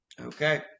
Okay